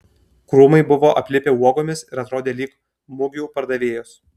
krūmai buvo aplipę uogomis ir atrodė lyg mugių pardavėjos